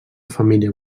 família